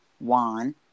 Juan